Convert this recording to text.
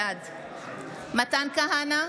בעד מתן כהנא,